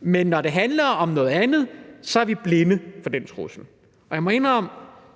men når det handler om noget andet, så er vi blinde over for den trussel. Jeg må indrømme,